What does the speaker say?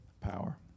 power